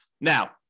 Now